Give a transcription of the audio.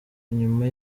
nyuma